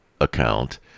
account